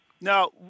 Now